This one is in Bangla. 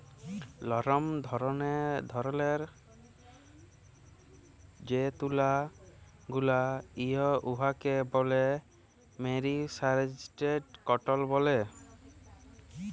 লরম ধরলের যে তুলা গুলা হ্যয় উয়াকে ব্যলে মেরিসারেস্জড কটল ব্যলে